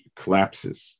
collapses